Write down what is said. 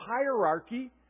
hierarchy